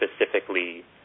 specifically